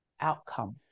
outcome